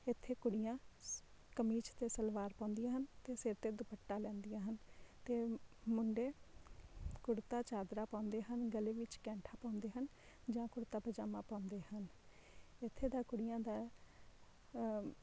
ਇੱਥੇ ਕੁੜੀਆਂ ਕਮੀਜ਼ ਅਤੇ ਸਲਵਾਰ ਪਾਉਦੀਆਂ ਹਨ ਅਤੇ ਸਿਰ ਤੇ ਦੁਪੱਟਾ ਲੈਂਦੀਆਂ ਹਨ ਅਤੇ ਮੁੰਡੇ ਕੁੜਤਾ ਚਾਦਰਾ ਪਾਉਂਦੇ ਹਨ ਗਲੇ ਵਿੱਚ ਕੈਂਠਾ ਪਾਉਂਦੇ ਹਨ ਜਾਂ ਕੁੜਤਾ ਪਜਾਮਾ ਪਾਉਂਦੇ ਹਨ ਇੱਥੇ ਦਾ ਕੁੜੀਆਂ ਦਾ